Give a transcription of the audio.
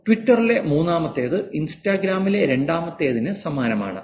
ട്വിറ്ററിലെ മൂന്നാമത്തേത് ഇൻസ്റ്റാഗ്രാമിലെ രണ്ടാമത്തേതിന് സമാനമാണ്